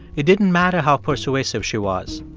it didn't matter how persuasive she was.